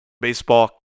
Baseball